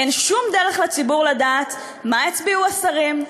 אין לציבור שום דרך לדעת מה הצביעו השרים,